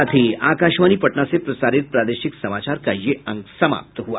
इसके साथ ही आकाशवाणी पटना से प्रसारित प्रादेशिक समाचार का ये अंक समाप्त हुआ